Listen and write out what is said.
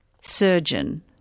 surgeon